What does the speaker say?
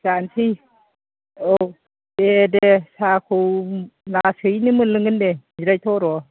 जानसै औ दे दे साहाखौ लासैनो मोनलोंगोन दे जिरायथ' र'